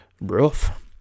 Rough